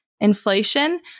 Inflation